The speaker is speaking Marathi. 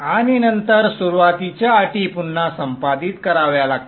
आणि नंतर सुरुवातीच्या अटी पुन्हा संपादित कराव्या लागतील